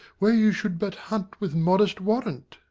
where you should but hunt with modest warrant.